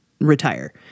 retire